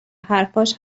حرفاش